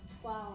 twelve